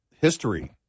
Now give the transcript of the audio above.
history